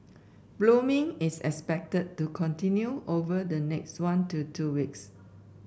blooming is expected to continue over the next one to two weeks